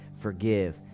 forgive